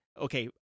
Okay